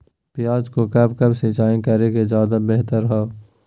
प्याज को कब कब सिंचाई करे कि ज्यादा व्यहतर हहो?